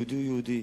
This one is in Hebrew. יהודי הוא יהודי,